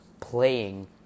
playing